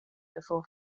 before